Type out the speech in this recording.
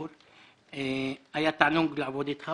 אני מבקר רבות בוועדות.